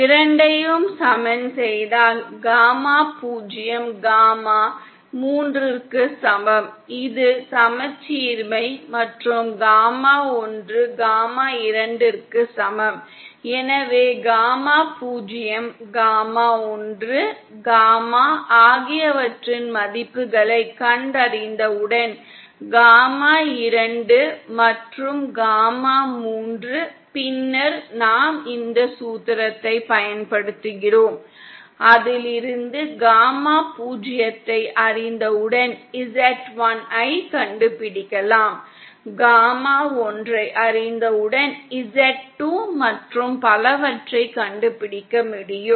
இரண்டையும் சமன் செய்தால் காமா பூஜ்ஜியம் காமா மூன்றிற்கு சமம் இது சமச்சீர்மை மற்றும் காமா ஒன்று காமா இரண்டிற்கு சமம் எனவே காமா பூஜ்ஜியம் காமா ஒன்று காமா ஆகியவற்றின் மதிப்புகளைக் கண்டறிந்தவுடன் காமா இரண்டு மற்றும் காமா மூன்று பின்னர் நாம் இந்த சூத்திரத்தைப் பயன்படுத்துகிறோம் அதில் இருந்து காமா பூஜ்ஜியத்தை அறிந்தவுடன் Z1 ஐக் கண்டுபிடிக்கலாம் காமா ஒன்றை அறிந்தவுடன் Z2 மற்றும் பலவற்றைக் கண்டுபிடிக்க முடியும்